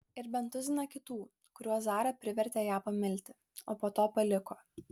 ir bent tuziną kitų kuriuos zara privertė ją pamilti o po to paliko